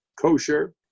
kosher